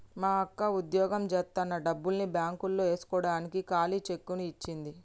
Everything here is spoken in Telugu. మా అక్క వుద్యోగం జేత్తన్న డబ్బుల్ని బ్యేంకులో యేస్కోడానికి ఖాళీ చెక్కుని ఇచ్చింది